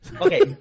Okay